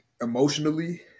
emotionally